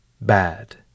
bad